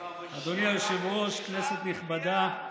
אדוני היושב-ראש, כנסת נכבדה,